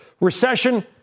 recession